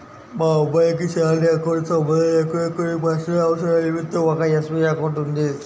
మా అబ్బాయికి salary account తో సంబంధం లేకుండా కొన్ని పర్సనల్ అవసరాల నిమిత్తం ఒక ఎస్.బీ.ఐ అకౌంట్ ఉంది